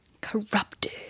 Corrupted